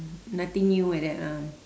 nothing new like that ah